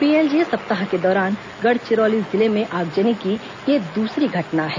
PLGA सप्ताह के दौरान गढ़चिरौली जिले में आगजनी की यह दूसरी घटना है